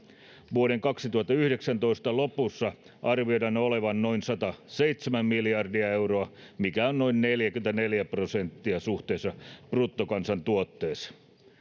vuoden kaksituhattayhdeksäntoista lopussa arvioidaan olevan noin sataseitsemän miljardia euroa mikä on noin neljäkymmentäneljä prosenttia suhteessa bruttokansantuotteeseen